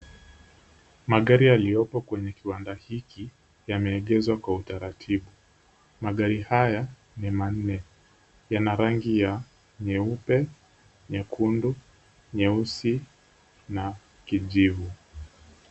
Magari yaliyopo kwenye kiwanda hiki yameegezwa kwa utaratibu. Magari haya ni manne. Yana rangi ya nyeupe, nyekundu, nyeusi na kijivu.